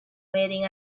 waiting